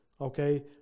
okay